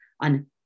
on